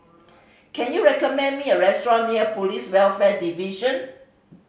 can you recommend me a restaurant near Police Welfare Division